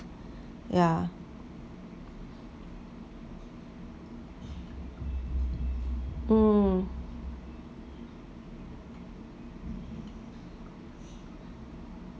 yeah hmm